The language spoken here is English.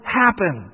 happen